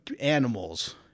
animals